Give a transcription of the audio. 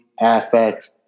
affect